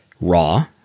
Raw